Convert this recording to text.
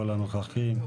כל הנוכחים,